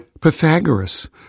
Pythagoras